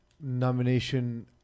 nomination